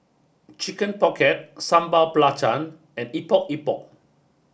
Chicken Pocket Sambal Belacan and Epok Epok